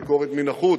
ביקורת מן החוץ,